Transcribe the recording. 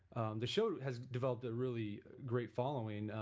and the show has developed a really great following,